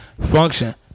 function